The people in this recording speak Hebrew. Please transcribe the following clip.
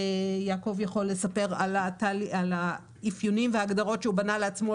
ויעקב יכול לספר על האפיונים וההגדרות שהוא בנה לעצמו,